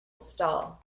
stall